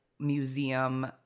Museum